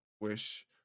wish